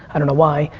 i don't why,